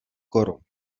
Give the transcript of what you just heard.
korun